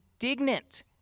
indignant